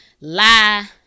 Lie